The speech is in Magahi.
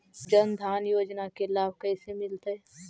जन धान योजना के लाभ कैसे मिलतै?